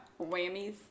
Whammies